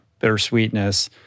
bittersweetness